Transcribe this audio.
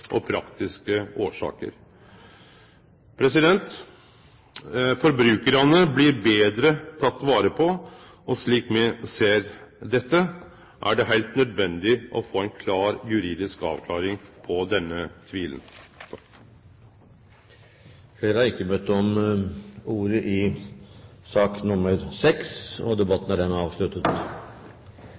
og praktiske årsaker. Forbrukarane blir betre tekne vare på, og slik me ser dette, er det heilt nødvendig å få ei klar juridisk avklaring på denne tvilen. Flere har ikke bedt om ordet til sak nr. 6. Etter ønske fra transport- og